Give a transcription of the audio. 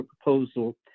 proposal